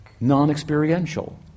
non-experiential